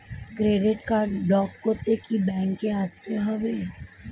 Credit card block করতে কি ব্যাংকে আসতে হবে?